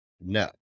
no